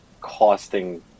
costing